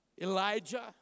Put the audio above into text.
Elijah